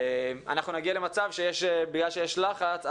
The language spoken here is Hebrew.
תיכף אני אגיע אליה אנחנו נגיע למצב שבגלל שיש לחץ,